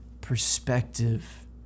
perspective